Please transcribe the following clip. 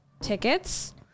tickets